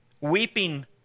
weeping